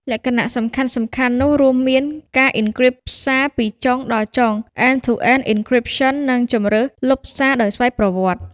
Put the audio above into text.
លក្ខណៈសំខាន់ៗនោះរួមមាន ការអ៊ិនគ្រីបសារពីចុងដល់ចុង (end-to-end encryption) និងជម្រើសលុបសារដោយស្វ័យប្រវត្តិ។